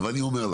אבל אני אומר,